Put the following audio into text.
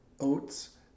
oats